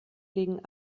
gegen